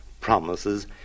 promises